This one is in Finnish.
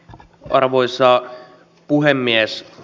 arvoisa puhemies